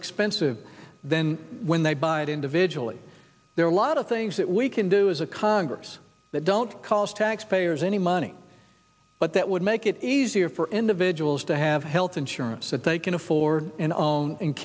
expensive then when they buy it individually there are a lot of things that we can do as a congress that don't cost taxpayers any money but that would make it easier for individuals to have health insurance that they can afford and